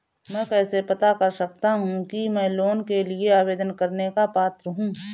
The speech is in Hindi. मैं कैसे पता कर सकता हूँ कि मैं लोन के लिए आवेदन करने का पात्र हूँ?